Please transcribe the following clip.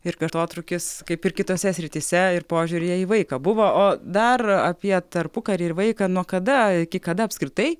ir atotrūkis kaip ir kitose srityse ir požiūryje į vaiką buvo o dar apie tarpukarį ir vaiką nuo kada iki kada apskritai